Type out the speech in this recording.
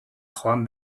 joan